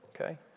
okay